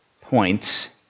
points